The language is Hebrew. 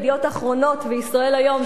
"ידיעות אחרונות" ו"ישראל היום",